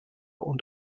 und